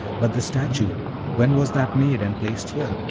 but the statue when was that made and placed here?